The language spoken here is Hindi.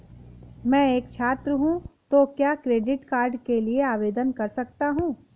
मैं एक छात्र हूँ तो क्या क्रेडिट कार्ड के लिए आवेदन कर सकता हूँ?